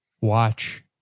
watch